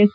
S